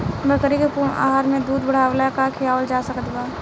बकरी के पूर्ण आहार में दूध बढ़ावेला का खिआवल जा सकत बा?